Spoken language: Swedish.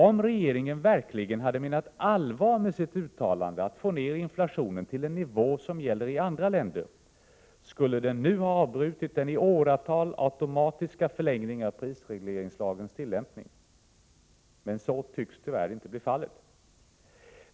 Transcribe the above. Om regeringen verkligen hade menat allvar med sitt uttalande att få ner inflationen till en nivå som gäller i andra länder, skulle den nu ha avbrutit den i åratal automatiska förlängningen av prisregleringslagens tillämpning. Så tycks tyvärr inte bli fallet.